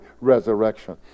resurrection